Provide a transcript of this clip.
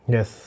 Yes